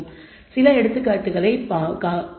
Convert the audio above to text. எனவே சில எடுத்துக்காட்டுகளை எடுத்துக்கொள்வோம்